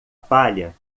palha